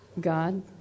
God